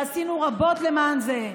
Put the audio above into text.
עשינו רבות למען זה,